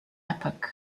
epoch